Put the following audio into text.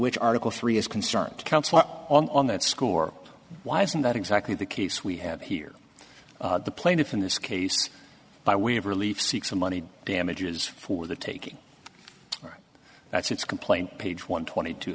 which article three is concerned on that score why isn't that exactly the case we have here the plaintiffs in this case by way of relief seek some money damages for the taking that's its complaint page one twenty